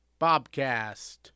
Bobcast